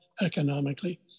economically